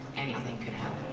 anything could happen.